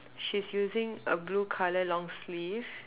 she's using a blue colour long sleeve